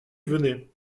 venait